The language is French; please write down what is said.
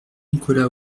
nicolas